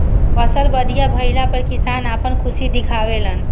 फसल बढ़िया भइला पअ किसान आपन खुशी दिखावे लन